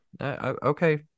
Okay